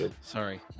sorry